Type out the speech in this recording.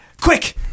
Quick